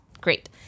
Great